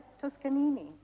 Toscanini